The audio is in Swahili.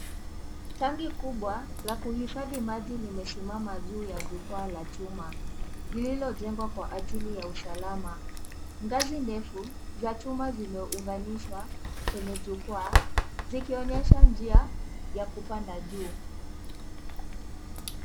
Tanki kubwa la kuhifadhi maji limesimama juu ya jukwaa la chuma lililojengwa kwa ajili ya usalama. Ngazi ndefu za chuma zimeunganishwa kwenye jukwaa zikionyesha njia ya kupanda juu.